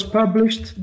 published